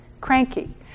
cranky